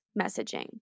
messaging